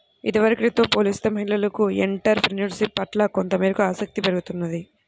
ఇదివరకటితో పోలిస్తే మహిళలకు ఎంటర్ ప్రెన్యూర్షిప్ పట్ల కొంతమేరకు ఆసక్తి పెరుగుతున్నది